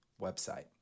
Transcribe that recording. website